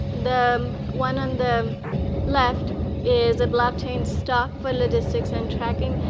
the one on the left is a blockchain stock for logistics and tracking.